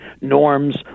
norms